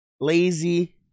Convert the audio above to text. lazy